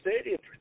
stadium